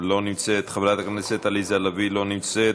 לא נמצאת, חברת הכנסת עליזה לביא, לא נמצאת,